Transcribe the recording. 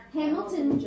Hamilton